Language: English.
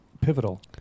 Pivotal